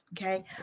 okay